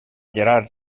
gerard